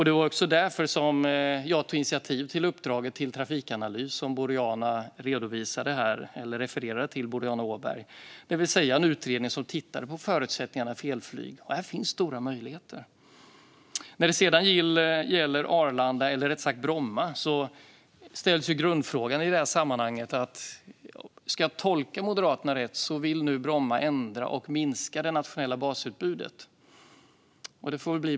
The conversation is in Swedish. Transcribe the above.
Det var också därför som jag tog initiativ till det uppdrag till Trafikanalys som Boriana refererade till, det vill säga en utredning som skulle titta på förutsättningarna för elflyg. Här finns stora möjligheter. När det sedan gäller Bromma undrar jag över själva grundfrågan i sammanhanget. Som jag tolkar Moderaterna vill Bromma nu ändra och minska det nationella basutbudet.